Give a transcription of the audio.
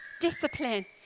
discipline